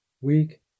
week